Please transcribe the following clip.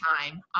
time